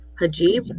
hajib